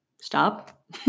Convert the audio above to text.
stop